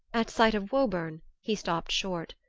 at sight of woburn he stopped short.